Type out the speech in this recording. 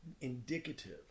indicative